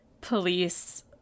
police